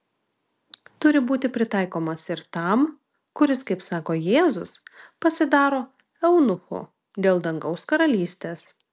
turi būti pritaikomas ir tam kuris kaip sako jėzus pasidaro eunuchu dėl dangaus karalystės